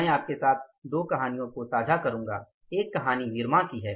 मैं आपके साथ दो कहानियाँ साझा करूँगा एक कहानी निरमा की है